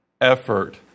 effort